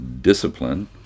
discipline